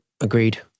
agreed